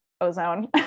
Ozone